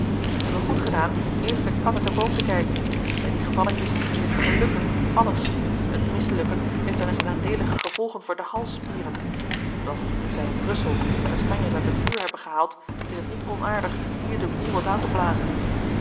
wij hebben goed gedaan eerst de kat uit den boom te kijken bij die gevalletjes is het gelukken alles het mislukken heeft wel eens nadeelige gevolgen voor de halsspieren doch nu zij in brussel de kastanjes uit het vuur hebben gehaald is het niet onaardig hier den boêl wat aan te blazen